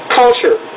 culture